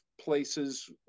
places